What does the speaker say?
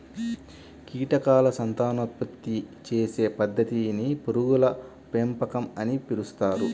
కీటకాల సంతానోత్పత్తి చేసే పద్ధతిని పురుగుల పెంపకం అని పిలుస్తారు